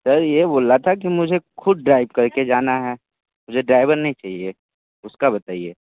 sir ये बोल ला था कि मुझे खुद ड्राइव करके जाना है मुझे ड्राइवर नहीं चाहिए उसका बताइए